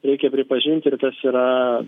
reikia pripažint ir tas yra